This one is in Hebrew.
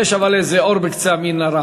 יש, אבל, איזה אור בקצה המנהרה,